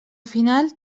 final